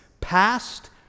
past